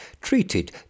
treated